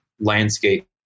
landscape